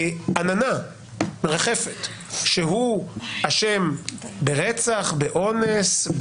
עננה שהוא אשם ברצח, באונס,